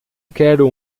quero